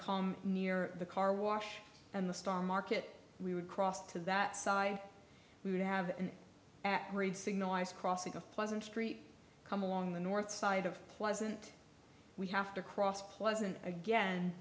come near the car wash and the stock market we would cross to that side we would have an at grade signalize crossing a pleasant street come along the north side of pleasant we have to cross pleasant again